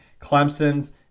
Clemson's